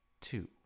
two